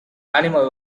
animal